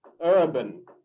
urban